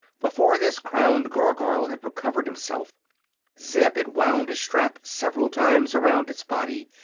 before this crowned gargoyle had recovered himself zeb had wound a strap several times around its body,